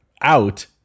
out